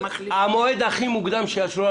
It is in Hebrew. המועד הכי מוקדם שיאשרו לנו,